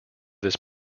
this